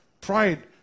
Pride